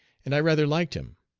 and i rather liked him.